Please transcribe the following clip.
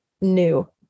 new